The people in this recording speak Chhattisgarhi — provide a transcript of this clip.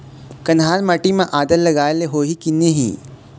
कन्हार माटी म आदा लगाए ले होही की नहीं?